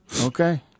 Okay